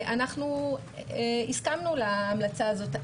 הסכמנו להמלצה הזו.